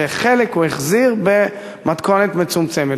וחלק הוא החזיר במתכונת מצומצמת,